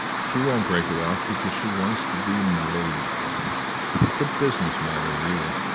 she won't break it off, because she wants to be my lady it's a business matter, really.